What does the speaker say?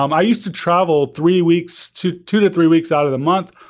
um i used to travel three weeks two two to three weeks out of the month.